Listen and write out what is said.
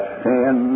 sin